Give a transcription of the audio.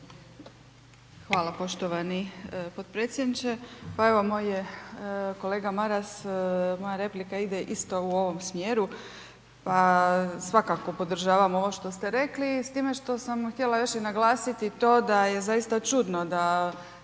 Hvala poštovani potpredsjedniče. Pa evo, moj je kolega Maras, moja replika ide isto u ovom smjeru, pa svakako podržavam ovo što ste rekli s time što sam htjela još i naglasiti to da je zaista čudno da